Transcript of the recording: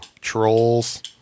Trolls